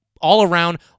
all-around